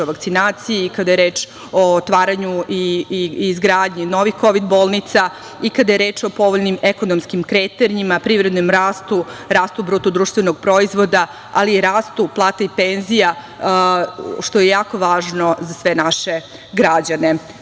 o vakcinaciji i kada je reč o otvaranju i izgradnji novih kovid bolnica i kada je reč o povoljnim ekonomskim kretanjima, privrednom rastu, rastu BDP, ali i rastu plata i penzija, što je jako važno za sve naše građane.Zašto